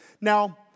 Now